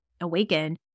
awaken